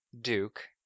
Duke